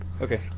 Okay